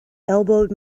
elbowed